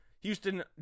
Houston